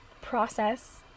process